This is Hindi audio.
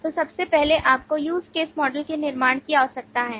तो सबसे पहले आपको use case model के निर्माण की आवश्यकता है